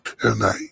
tonight